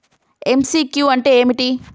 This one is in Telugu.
ఎమ్.సి.క్యూ అంటే ఏమిటి?